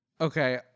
Okay